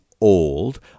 old